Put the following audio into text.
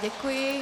Děkuji.